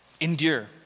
Endure